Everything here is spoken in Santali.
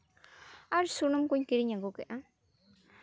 ᱟᱨ ᱥᱩᱱᱩᱢ ᱠᱚᱧ ᱠᱤᱨᱤᱧ ᱟᱹᱜᱩ ᱠᱮᱫᱟ